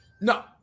No